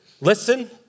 listen